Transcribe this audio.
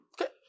Okay